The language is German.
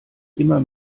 immer